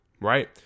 Right